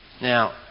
Now